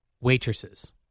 waitresses